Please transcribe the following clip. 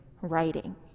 writing